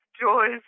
joys